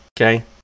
okay